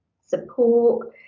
support